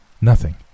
Nothing